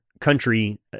country